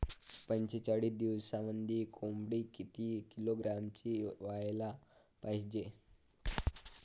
पंचेचाळीस दिवसामंदी कोंबडी किती किलोग्रॅमची व्हायले पाहीजे?